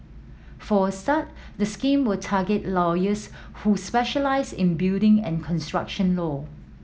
for a start the scheme will target lawyers who specialise in building and construction law